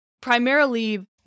primarily